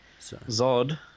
Zod